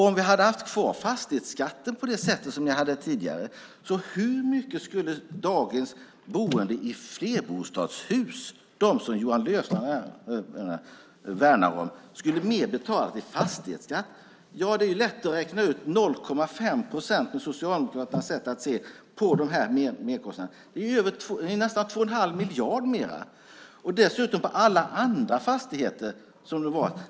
Om vi hade haft kvar fastighetsskatten som vi hade tidigare, hur mycket skulle dagens boende i flerbostadshus - de som Johan Löfstrand värnar om - betalat i fastighetsskatt? Det är lätt att räkna ut. Det är 0,5 procent, med Socialdemokraternas sätt att se, på merkostnaderna. Det är nästan 2 1⁄2 miljard mer. Dessutom skulle det utgå på alla andra fastigheter.